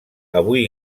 avui